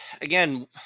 Again